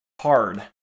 Hard